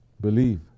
believe